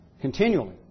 continually